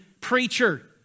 preacher